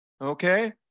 okay